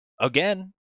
again